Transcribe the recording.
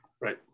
Right